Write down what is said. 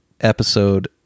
Episode